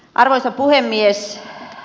arvoisa puhemies